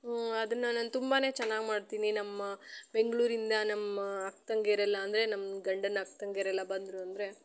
ಅದನ್ನ ನಾನು ತುಂಬಾ ಚೆನ್ನಾಗಿ ಮಾಡ್ತೀನಿ ನಮ್ಮ ಬೆಂಗಳೂರಿಂದ ನಮ್ಮ ಅಕ್ಕ ತಂಗಿಯರೆಲ್ಲ ಅಂದರೆ ನಮ್ಮ ಗಂಡನ ಅಕ್ಕ ತಂಗಿಯರೆಲ್ಲ ಬಂದರು ಅಂದರೆ